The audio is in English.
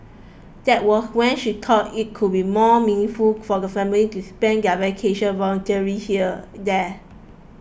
that was when she thought it would be more meaningful for the family to spend their vacation volunteering here there